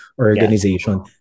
organization